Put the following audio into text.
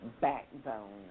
backbone